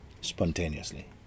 spontaneously